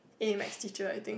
A maths teacher I think